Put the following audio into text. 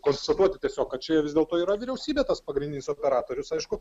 konstatuoti tiesiog kad čia vis dėlto yra vyriausybė tas pagrindinis operatorius aišku